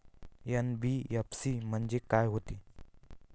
NBFC म्हणजे का होते?